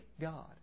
God